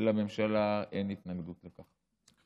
ולממשלה אין התנגדות לכך.